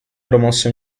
promosse